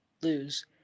lose